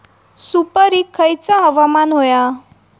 सुपरिक खयचा हवामान होया?